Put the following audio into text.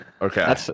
Okay